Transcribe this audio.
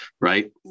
Right